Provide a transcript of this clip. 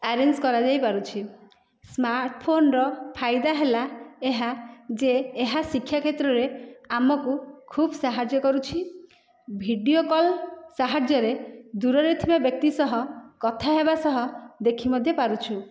arrange କରାଯାଇପାରୁଛି ସ୍ମାର୍ଟଫୋନର ଫାଇଦା ହେଲା ଏହା ଯେ ଏହା ଶିକ୍ଷା କ୍ଷେତ୍ରରେ ଆମକୁ ଖୁବ ସାହାଯ୍ୟ କରୁଛି ଭିଡ଼ିଓ କଲ୍ ସାହାଯ୍ୟ ଦୂରରେ ଥିବା ବ୍ୟକ୍ତି ସହ କଥା ହେବା ସହ ଦେଖି ମଧ୍ୟ ପାରୁଛୁ